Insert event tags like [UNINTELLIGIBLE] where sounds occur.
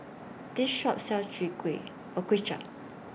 This Shop sells [UNINTELLIGIBLE] Kuay Chap